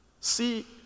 See